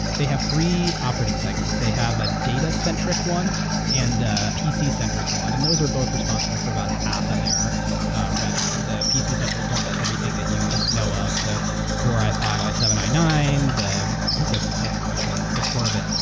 they have three operating segments. they have a data-centric one and ah pc-centric one, and those are both responsible for about half of their revenue. the pc-centric one is everything that you know of. the core i five, i seven, i nine, that's that's the the core of it.